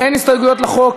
אין הסתייגויות לחוק,